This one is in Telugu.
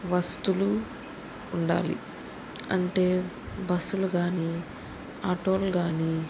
వసతులు ఉండాలి అంటే బస్సులు కానీ ఆటోలు కానీ